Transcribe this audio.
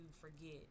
forget